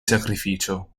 sacrificio